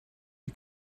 you